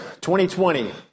2020